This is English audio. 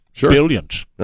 Billions